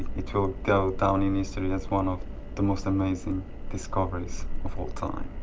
it will go down in history as one of the most amazing discoveries of all time.